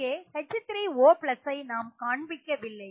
இங்கே H3O ஐ நாம் காண்பிக்க வில்லை